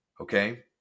Okay